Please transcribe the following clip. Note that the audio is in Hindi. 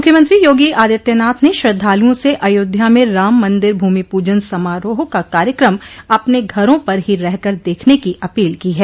मुख्य्मंत्री योगी आदित्यनाथ ने श्रद्धालुओं से अयोध्या में राम मंदिर भूमि पूजन समारोह का कार्यक्रम अपने घरों पर ही रहकर देखने की अपील की है